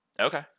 Okay